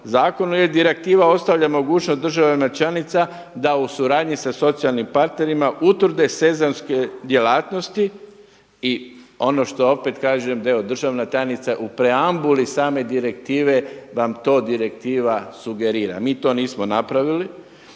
zakonu jer direktiva ostavlja mogućnost državama članica da u suradnji sa socijalnim partnerima utvrde sezonske djelatnosti i ono što opet kažem, da evo državna tajnica u preambuli same direktive vam to direktiva sugerira. Mi to nismo napravili.